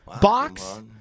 box